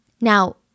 Now